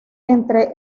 entre